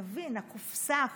תבין, הקופסה הכחולה,